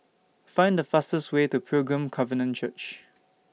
Find The fastest Way to Pilgrim Covenant Church